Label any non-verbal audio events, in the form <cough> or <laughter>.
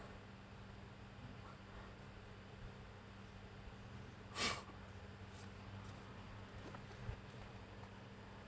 <breath>